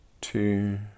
Two